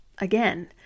again